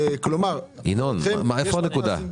ינון, איפה הנקודה?